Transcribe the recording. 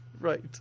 Right